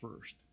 first